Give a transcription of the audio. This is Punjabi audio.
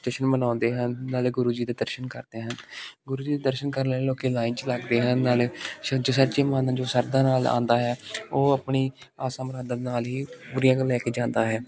ਜਸ਼ਨ ਮਨਾਉਂਦੇ ਹਨ ਨਾਲੇ ਗੁਰੂ ਜੀ ਦੇ ਦਰਸ਼ਨ ਕਰਦੇ ਹਨ ਗੁਰੂ ਜੀ ਦੇ ਦਰਸ਼ਨ ਕਰਨ ਲੋਕ ਲਾਈਨ 'ਚ ਲੱਗਦੇ ਹਨ ਨਾਲੇ ਸੱਚੇ ਸੁੱਚੇ ਮਨ ਜੋ ਸ਼ਰਧਾ ਨਾਲ ਆਉਂਦਾ ਹੈ ਉਹ ਆਪਣੀ ਆਸ਼ਾ ਮੁਰਾਦਾਂ ਦੇ ਨਾਲ ਹੀ ਪੂਰੀਆਂ ਨੂੰ ਲੈ ਕੇ ਜਾਂਦਾ ਹੈ